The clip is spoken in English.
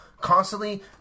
constantly